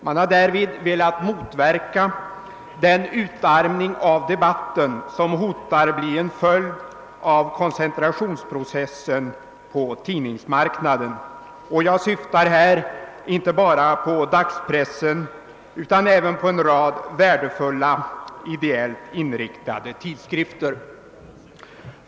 Man har därvid velat motverka den utarmning av debatten som hotar bli en följd av koncentrationsprocessen på tidningsmarknaden. Jag syftar här inte bara på dagspressen utan även på en rad värdefulla ideellt inriktade tidskrifter.